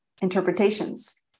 interpretations